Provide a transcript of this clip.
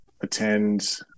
attend